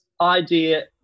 idea